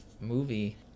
movie